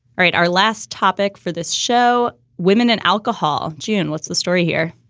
right, our last topic for this show. women and alcohol. june, what's the story here?